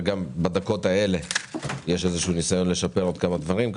ובדקות האלה יש ניסיון לשפר עוד כמה דברים.